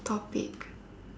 topic